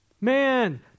Man